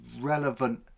relevant